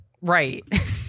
Right